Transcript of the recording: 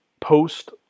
post